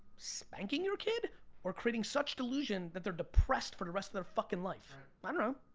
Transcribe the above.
spanking your kid or creating such delusion that they're depressed for the rest of their fucking life? i don't know.